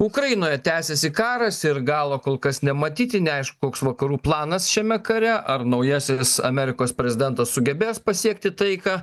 ukrainoje tęsiasi karas ir galo kol kas nematyti neaišku koks vakarų planas šiame kare ar naujasis amerikos prezidentas sugebės pasiekti taiką